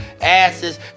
asses